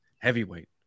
Heavyweight